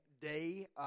day